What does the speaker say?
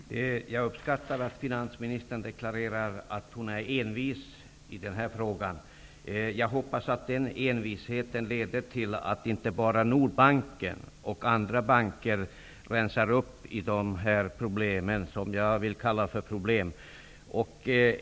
Fru talman! Jag uppskattar att finansministern deklarerar att hon är envis i den här frågan. Jag hoppas att den envisheten leder till att inte bara Nordbanken och andra banker rensar upp bland dessa problem.